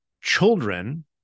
children